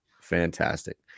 fantastic